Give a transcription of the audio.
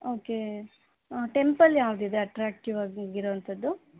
okay temple ಯಾವ್ದಿದೆ ಅಟ್ರ್ಯಾಕ್ಟಿವಾಗಿ ಈಗಿರೋವಂಥದ್ದು